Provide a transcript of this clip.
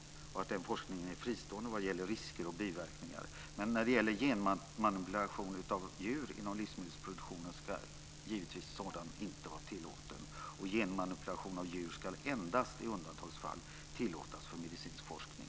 Denna forskning är fristående vad gäller risker och biverkningar. Genmanipulation av djur inom livsmedelsproduktionens sfär ska dock givetvis inte vara tillåten. Genmanipulation av djur ska endast i undantagsfall tillåtas för medicinsk forskning.